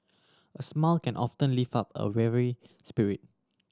a smile can often lift up a weary spirit